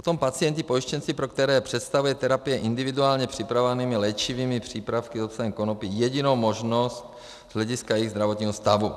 Potom pacienti pojištěnci, pro které představuje terapie individuálně připravovanými léčivými přípravky s obsahem konopí jedinou možnost z hlediska jejich zdravotního stavu.